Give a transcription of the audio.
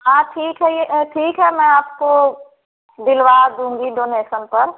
हाँ ठीक है ये ठीक है मैं आपको दिलवा दूंगी डोनेसन पर